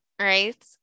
right